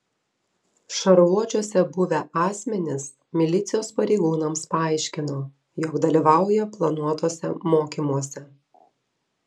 šarvuočiuose buvę asmenys milicijos pareigūnams paaiškino jog dalyvauja planuotuose mokymuose